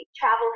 travel